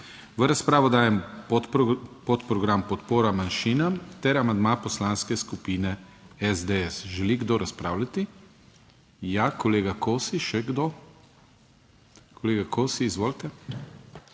V razpravo dajem podprogram Podpora manjšinam ter amandma Poslanske skupine SDS. Želi kdo razpravljati? Ja, kolega Kosi. Še kdo? Kolega Kosi, izvolite.